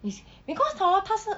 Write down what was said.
is because hor 他是